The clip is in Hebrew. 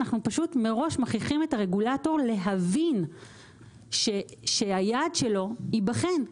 אנחנו פשוט מראש מכריחים את הרגולטור להבין שהיעד שלו ייבחן.